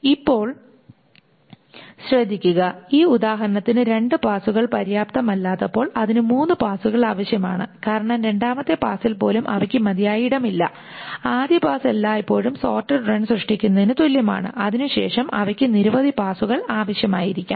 ഇപ്പോൾ ശ്രദ്ധിക്കുക ഈ ഉദാഹരണത്തിൽ രണ്ട് പാസുകൾ പര്യാപ്തമല്ലാത്തപ്പോൾ അതിന് മൂന്ന് പാസുകൾ ആവശ്യമാണ് കാരണം രണ്ടാമത്തെ പാസിൽ പോലും അവയ്ക്ക് മതിയായ ഇടമില്ല ആദ്യ പാസ് എല്ലായ്പ്പോഴും സോർട്ടഡ് റൺസ് സൃഷ്ടിക്കുന്നതിന് തുല്യമാണ് അതിനുശേഷം അവയ്ക്ക് നിരവധി പാസുകൾ ആവശ്യമായിരിക്കാം